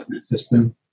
system